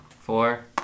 Four